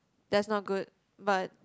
that's not good but